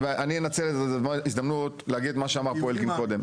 אני אנצל את ההזדמנות להגיד את מה שאמר פה אלקין קודם.